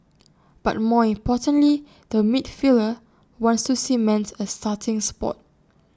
but more importantly the midfielder wants to cement A starting spot